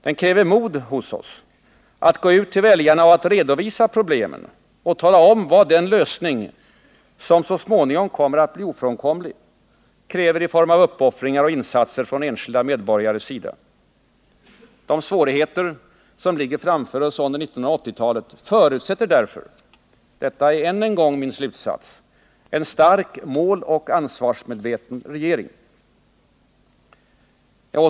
Det krävs mod hos politikerna att gå ut till väljarna och redovisa problemen och tala om vad den lösning som så småningom kommer att bli ofrånkomlig kräver av uppoffringar och insatser från de enskilda medborgarnas egen sida. De svårigheter som ligger framför oss under 1980-talet förutsätter därför — detta är än en gång min slutsats — en stark måloch ansvarsmedveten regering.